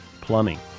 Plumbing